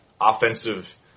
offensive